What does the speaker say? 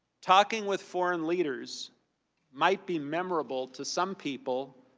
talking with foreign leaders might be memorable to some people,